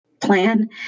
plan